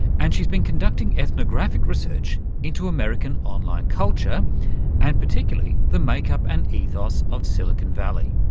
and she's been conducting ethnographic research into american online culture and particularly the make-up and ethos of silicon valley.